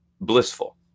blissful